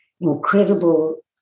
incredible